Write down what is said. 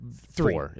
three